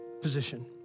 position